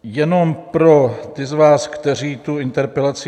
Jenom pro ty z vás, kteří tu interpelaci...